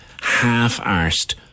half-arsed